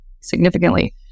significantly